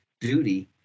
duty